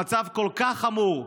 המצב כל כך חמור.